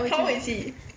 how old is he